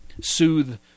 soothe